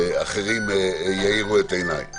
אחרים יעירו את עיניי.